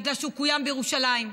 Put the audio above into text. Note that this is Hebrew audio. בגלל שהוא קוים בירושלים.